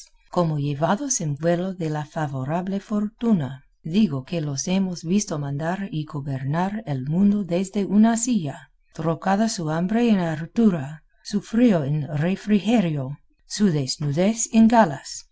como llevados en vuelo de la favorable fortuna digo que los hemos visto mandar y gobernar el mundo desde una silla trocada su hambre en hartura su frío en refrigerio su desnudez en galas